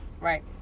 right